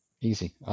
Easy